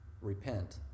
repent